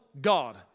God